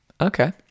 Okay